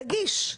תגיש.